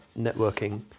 networking